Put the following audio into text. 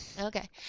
okay